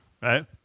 Right